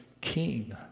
king